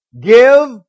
Give